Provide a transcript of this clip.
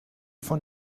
von